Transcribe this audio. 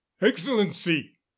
Excellency